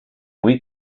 weak